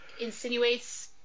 insinuates